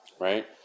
right